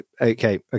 okay